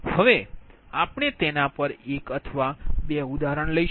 હવે આપણે તેના પર 1 અથવા 2 ઉદાહરણ લઈશું